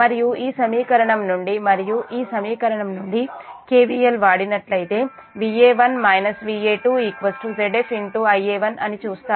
మరియు ఈ సమీకరణం నుండి మరియు ఈ సమీకరణం నుండి KVL వాడినట్లయితే Va1 Va2 Zf Ia1 అని చూస్తారు